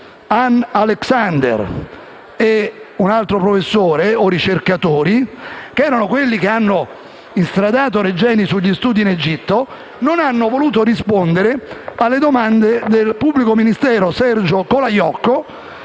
Anne Alexander e un altro professore o ricercatore) che hanno instradato Regeni sugli studi in Egitto. Essi non hanno voluto rispondere alle domande del pubblico ministero Sergio Colaiocco,